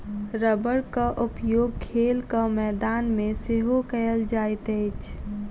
रबड़क उपयोग खेलक मैदान मे सेहो कयल जाइत अछि